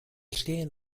stehen